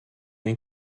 ein